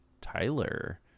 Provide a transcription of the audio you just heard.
Tyler